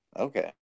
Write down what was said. Okay